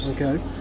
Okay